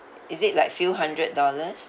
is it like few hundred dollars